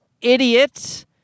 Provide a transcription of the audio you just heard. idiot